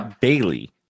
daily